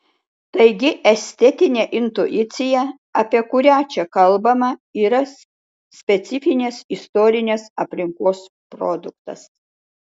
taigi estetinė intuicija apie kurią čia kalbama yra specifinės istorinės aplinkos produktas